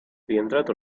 rientrato